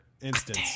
instance